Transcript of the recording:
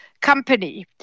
company